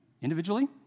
individually